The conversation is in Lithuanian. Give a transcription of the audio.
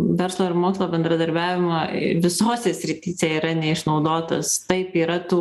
verslo ir mokslo bendradarbiavimo visose srityse yra neišnaudotas taip yra tų